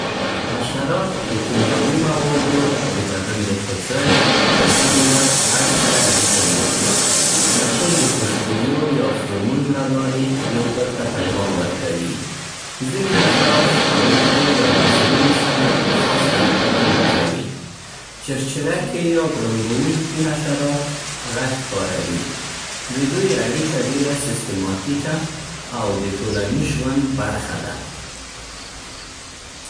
حشرات د کیمیاوي موادو، د بدن د خوځښت، او ځینې وخت غږ سره اړیکه نیسي. مچۍ د خوشبویو یا فرومون له لارې یو بل ته پیغام ورکوي. ځینې حشرات خپلو پښو یا وزرونو سره خاص حرکتونه کوي. چرچرکې یا غوړمبونکي حشرات غږ کاروي. د دوی اړیکه ډېره سیستماتیکه او د ټولنیز ژوند برخه ده.